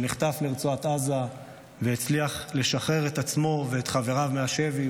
שנחטף לרצועת עזה והצליח לשחרר את עצמו ואת חבריו מהשבי,